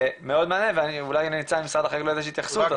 אולי לנציג שר החקלאות יש התייחסות.